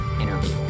interview